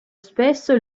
spesso